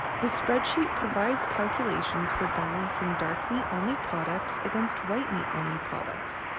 the spreadsheet provides calculations for balancing dark meat only products against white meat only products,